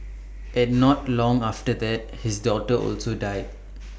and not long after that his daughter also died